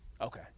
Okay